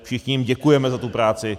Všichni jim děkujeme za tu práci.